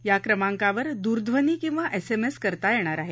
या क्रमांकावर दूरध्वनि किंवा एसएमएस करता येणार आहे